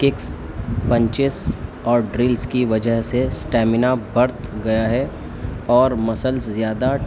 kicks punches اور drills کی وجہ سے اسٹیمنا برت گیا ہے اور مسلز زیادہ